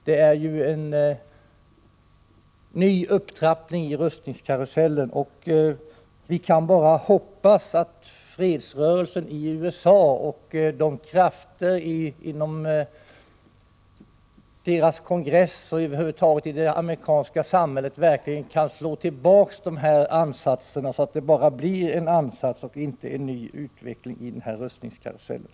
Detta är en ytterligare upptrappning i rustningskarusellen. Vi kan bara hoppas att fredsrörelsen i USA och krafter inom kongressen och i det amerikanska samhället över huvud taget verkligen kan slå tillbaka dessa ansatser så att det stannar vid ansatser och inte blir ett nytt led i rustningskarusellen.